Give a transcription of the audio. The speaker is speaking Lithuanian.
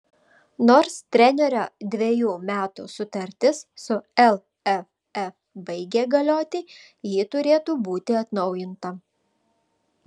nors trenerio dvejų metų sutartis su lff baigė galioti ji turėtų būti atnaujinta